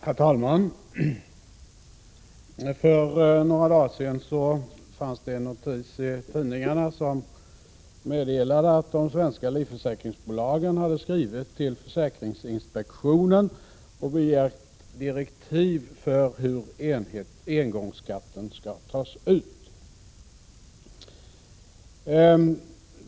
Herr talman! För några dagar sedan fanns det en notis i tidningarna som meddelade att de svenska livförsäkringsbolagen hade skrivit till försäkringsinspektionen och begärt direktiv för hur engångsskatten skall tas ut.